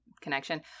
connection